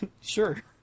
Sure